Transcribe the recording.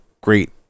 great